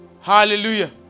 Hallelujah